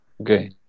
Okay